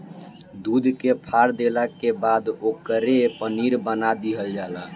दूध के फार देला के बाद ओकरे पनीर बना दीहल जला